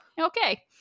okay